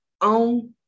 on